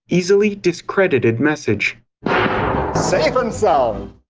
easily discredited message safe and sound!